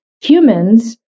humans